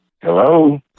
Hello